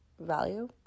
value